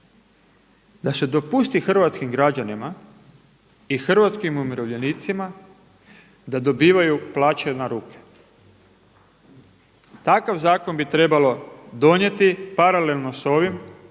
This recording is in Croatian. da se dopusti hrvatskim građanima i hrvatskim umirovljenicima da dobivaju plaće na ruke. Takav zakon bi trebalo donijeti paralelno s ovim da